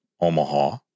omaha